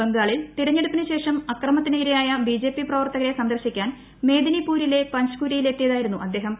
ബംഗാളിൽ തെരഞ്ഞെടുപ്പിനു ശേഷം അക്രമത്തിന് ഇരയായ ബിജെപി പ്രവർത്തകരെ സന്ദർശിക്കാൻ മേദിനിപൂരിലെ പഞ്ച്കുരിയിൽ എത്തിയതായിരുന്നു അദ്ദേഹം